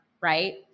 right